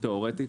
תיאורטית,